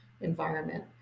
environment